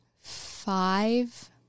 five